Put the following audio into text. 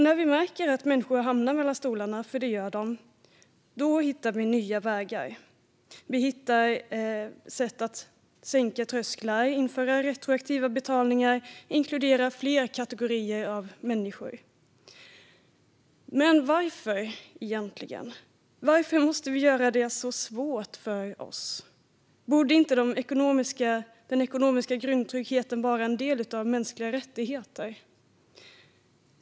När vi märker att människor hamnar mellan stolarna, för det gör de, hittar vi nya vägar. Vi hittar sätt att sänka trösklar, införa retroaktiva betalningar och inkludera fler kategorier av människor. Men varför, egentligen? Varför måste vi göra det så svårt för oss? Borde inte den ekonomiska grundtryggheten vara en del av mänskliga rättigheter?